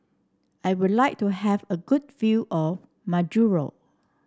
I would like to have a good view of Majuro